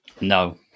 No